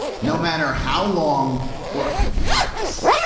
no matter how long or complex